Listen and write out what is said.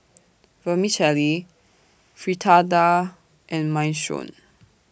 Vermicelli Fritada and Minestrone